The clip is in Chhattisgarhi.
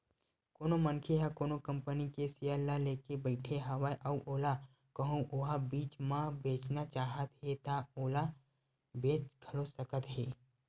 कोनो मनखे ह कोनो कंपनी के सेयर ल लेके बइठे हवय अउ ओला कहूँ ओहा बीच म बेचना चाहत हे ता ओला बेच घलो सकत हे